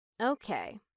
Okay